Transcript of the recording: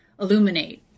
illuminate